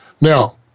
now